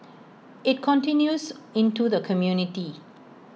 IT continues into the community